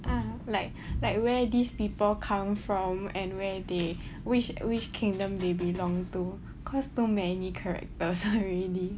like like where these people come from and where they which which kingdom they belonged to cause too many characters already